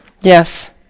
Yes